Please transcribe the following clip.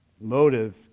motive